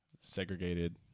segregated